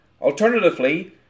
Alternatively